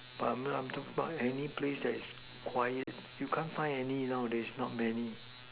but I mean I'm talking about any place that is quiet you can't find any nowadays not many